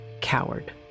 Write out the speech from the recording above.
coward